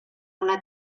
una